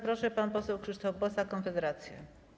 Proszę, pan poseł Krzysztof Bosak, Konfederacja.